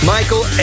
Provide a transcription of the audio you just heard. Michael